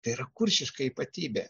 tai yra kuršiška ypatybė